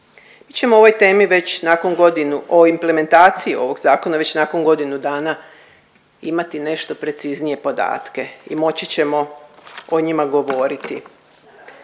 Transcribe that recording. Mi ćemo o ovoj temi već nakon godinu, o implementaciji ovog zakona već nakon godinu dana imati nešto preciznije podatke i moći ćemo o njima govoriti.